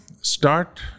start